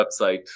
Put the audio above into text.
website